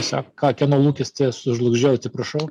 tiesiog ka kieno lūkestį sužlugdžiau atsiprašau